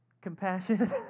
compassion